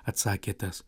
atsakė tas